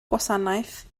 gwasanaeth